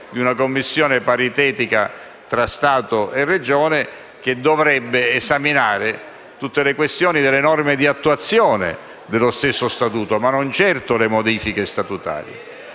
di una commissione paritetica tra Stato e Regione, che dovrebbe esaminare tutte le questioni delle norme di attuazione della stesso Statuto, ma non certo le modifiche statutarie.